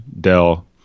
Dell